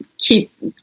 keep